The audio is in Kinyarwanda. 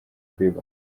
bieber